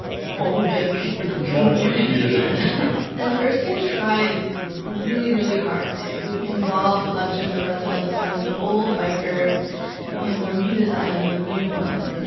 vulvic community and erskine tried really, really hard to involve a bunch of the residents from the old byker in the redesign of the new one.